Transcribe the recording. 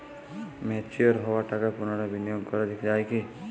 Mature হওয়া টাকা পুনরায় বিনিয়োগ করা য়ায় কি?